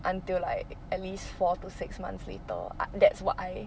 until like at least four to six months later that's what I